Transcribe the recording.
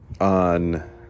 on